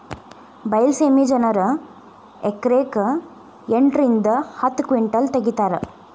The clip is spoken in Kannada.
ಬೈಲಸೇಮಿ ಜನರು ಎಕರೆಕ್ ಎಂಟ ರಿಂದ ಹತ್ತ ಕಿಂಟಲ್ ತಗಿತಾರ